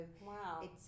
Wow